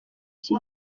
iki